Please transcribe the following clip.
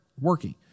working